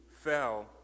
fell